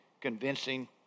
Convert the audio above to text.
convincing